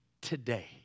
today